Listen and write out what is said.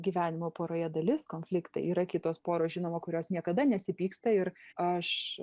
gyvenimo poroje dalis konfliktai yra kitos poros žinoma kurios niekada nesipyksta ir aš